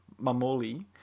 mamoli